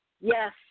yes